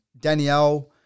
Danielle